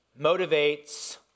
motivates